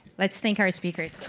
let's thank our speaker.